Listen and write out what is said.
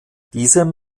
diesem